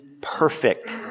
perfect